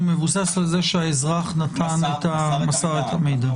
זה מבוסס על זה שהאזרח מסר את המידע.